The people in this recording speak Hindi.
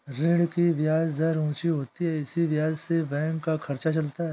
ऋणों की ब्याज दर ऊंची होती है इसी ब्याज से बैंक का खर्चा चलता है